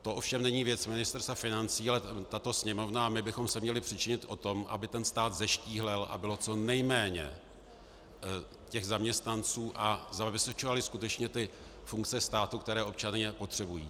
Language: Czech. To ovšem není věc Ministerstva financí, ale tato Sněmovna a my bychom se měli přičinit o to, aby stát zeštíhlel a bylo co nejméně těch zaměstnanců a zabezpečovali skutečně ty funkce státu, které občané potřebují.